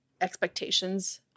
expectations